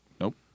Nope